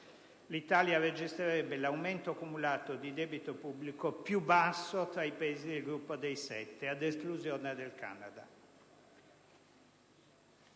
l'Italia registrerebbe l'aumento cumulato di debito pubblico più basso tra i Paesi del Gruppo dei Sette, ad esclusione del Canada.